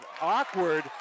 awkward